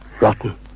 rotten